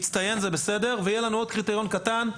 מצטיין זה בסדר ויהיה לנו עוד קריטריון קטן.